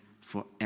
forever